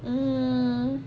mm